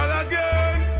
again